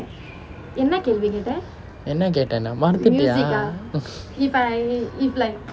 என்ன கேட்டேனா மறந்துட்டியா:enna kaetenaa maranthuttiyaa